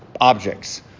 objects